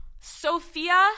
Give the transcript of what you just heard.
Sophia